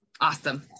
Awesome